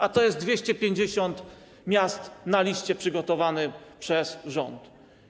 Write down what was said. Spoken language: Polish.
A to jest 250 miast na liście przygotowanej przez rząd.